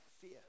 Fear